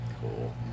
Cool